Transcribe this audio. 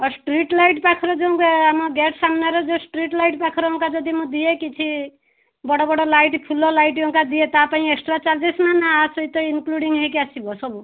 ହଁ street light ପାଖରେ ଯେଉଁଗୁଡ଼ା ଆମ ଗେଟ୍ ସାମ୍ନାରେ ଯେଉଁ ଷ୍ଟ୍ରିଟ୍ ଲାଇଟ୍ ପାଖରେ ଯଦି ମୁଁ ଦିଏ କିଛି ବଡ଼ ବଡ଼ ଲାଇଟ୍ ଫୁଲ୍ ଲାଇଟ୍ ଦିଏ ତା ପାଇଁ ଏକ୍ସଟ୍ରା ଚାର୍ଜେସ୍ ନା ନା ଆ ସହିତ ଈଂକ୍ଲୁଡିଙ୍ଗ ହେଇକି ଆସିବ ସବୁ